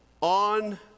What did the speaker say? on